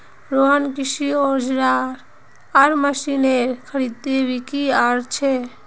रोहन कृषि औजार आर मशीनेर खरीदबिक्री कर छे